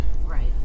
Right